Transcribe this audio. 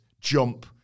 jump